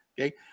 Okay